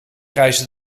reisde